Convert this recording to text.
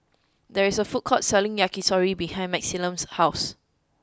there is a food court selling Yakitori behind Maximilian's house